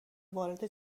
وارد